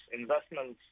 investments